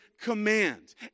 command